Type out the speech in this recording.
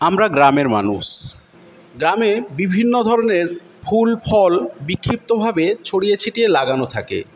আমরা গ্রামের মানুষ গ্রামে বিভিন্ন ধরনের ফুল ফল বিক্ষিপ্তভাবে ছড়িয়ে ছিটিয়ে লাগানো থাকে